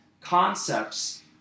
concepts